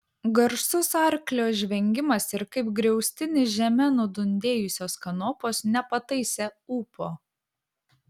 garsus arklio žvengimas ir kaip griaustinis žeme nudundėjusios kanopos nepataisė ūpo